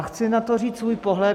Chci na to říct svůj pohled.